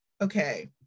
okay